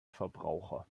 verbraucher